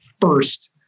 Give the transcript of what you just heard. first